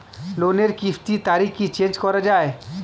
লোনের কিস্তির তারিখ কি চেঞ্জ করা যায়?